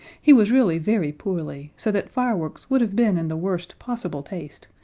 he was really very poorly, so that fireworks would have been in the worst possible taste,